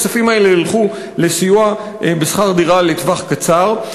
הכספים האלה ילכו לסיוע בשכר דירה לטווח קצר.